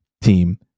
team